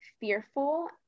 fearful